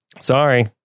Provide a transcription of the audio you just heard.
Sorry